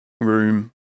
room